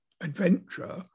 adventure